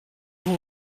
vous